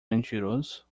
mentiroso